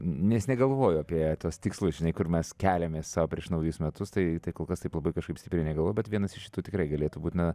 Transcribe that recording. nes negalvoju apie tuos tikslus žinai kur mes keliamės sau prieš naujus metus tai tai kol kas taip labai kažkaip stipriai negalvoju bet vienas iš šitų tikrai galėtų būti na